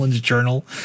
journal